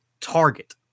target